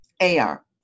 AR